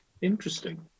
Interesting